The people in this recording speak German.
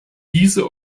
diese